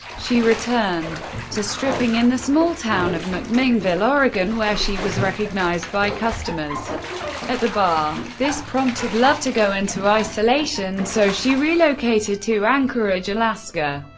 she returned to stripping in the small town of mcminnville, oregon, where she was recognized by customers at the bar. this prompted love to go into isolation, so she relocated to anchorage, alaska,